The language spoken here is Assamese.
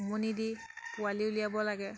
উমনি দি পোৱালি উলিয়াব লাগে